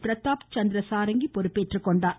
Pratap Sarangi பொறுப்பேற்றுக்கொண்டார்